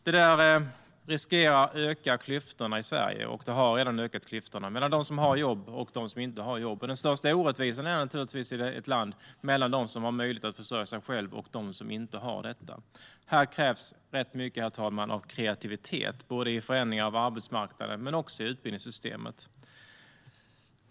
Det här riskerar att öka klyftorna i Sverige, och det har redan ökat klyftorna mellan dem som har jobb och dem som inte har jobb. Den största orättvisan i ett land är naturligtvis mellan dem som har möjlighet att försörja sig själva och dem som inte har det. Herr talman! Här krävs rätt mycket av kreativitet, både när det gäller förändringar av arbetsmarknaden och i utbildningssystemet.